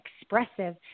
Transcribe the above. expressive